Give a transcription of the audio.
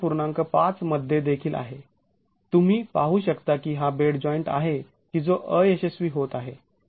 ५ मध्ये देखील आहे तुम्ही पाहू शकता की हा बेड जॉईंट आहे की जो अयशस्वी होत आहे